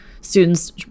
students